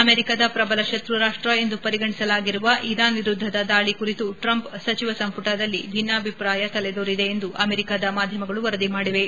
ಅಮೆರಿಕದ ಶ್ರಬಲ ಶತ್ರು ರಾಷ್ಷ ಎಂದು ಪರಿಗಣಿಸಲಾಗಿರುವ ಇರಾನ್ ವಿರುದ್ದದ ದಾಳಿ ಕುರಿತು ಟ್ರಂಪ್ ಸಚಿವ ಸಂಪುಟದಲ್ಲಿ ಭಿನ್ನಾಭಿಪ್ರಾಯ ತಲೆದೋರಿದೆ ಎಂದು ಅಮೆರಿಕದ ಮಾಧ್ಯಮಗಳು ವರದಿ ಮಾಡಿವೆ